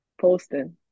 Posting